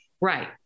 Right